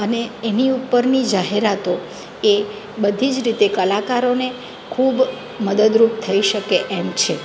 અને એની ઉપરની જાહેરાતો એ બધી જ રીતે કલાકારોને ખૂબ મદદરૂપ થઈ શકે એમ છે